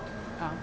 ah